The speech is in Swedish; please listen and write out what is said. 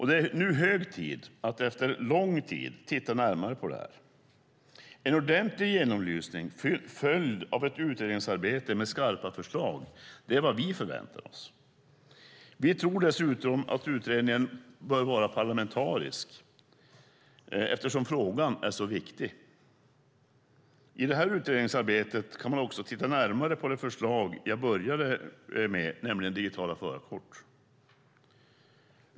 Det är nu hög tid att titta närmare på avregleringen. En ordentlig genomlysning följd av ett utredningsarbete med skarpa förslag är vad vi förväntar oss. Vi tror dessutom att utredningen bör vara parlamentarisk eftersom frågan är så viktig. I det här utredningsarbetet kan man också titta närmare på det förslag jag inledde med, nämligen digitala förarkort.